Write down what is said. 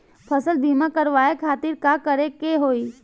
फसल बीमा करवाए खातिर का करे के होई?